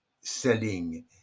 selling